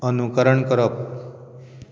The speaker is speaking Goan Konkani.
अनुकरण करप